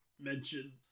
mention